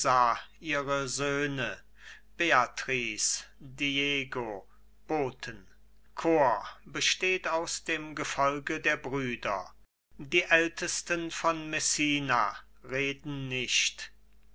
ihre söhne beatrice diego boten chor bestehend aus dem gefolge der brüder die ältesten von messina reden nicht